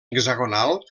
hexagonal